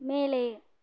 மேலே